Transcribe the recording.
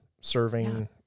serving